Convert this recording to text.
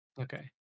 Okay